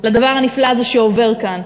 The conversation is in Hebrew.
לדבר הנפלא הזה שעובר כאן.